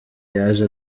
yaje